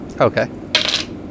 Okay